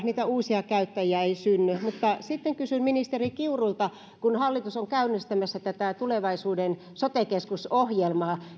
niitä uusia käyttäjiä ei synny mutta sitten haluaisin kysyä ministeri kiurulta kun hallitus on käynnistämässä tätä tulevaisuuden sote keskus ohjelmaa